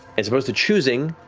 as opposed to choosing,